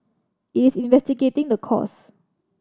it's investigating the cause